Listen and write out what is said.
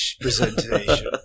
presentation